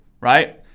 right